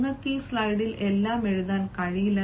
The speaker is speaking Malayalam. നിങ്ങൾക്ക് ഈ സ്ലൈഡിൽ എല്ലാം എഴുതാൻ കഴിയില്ല